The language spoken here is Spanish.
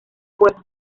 fuerza